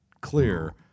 clear